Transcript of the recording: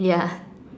ya